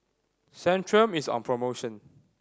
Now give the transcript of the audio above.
centrum is on promotion